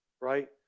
right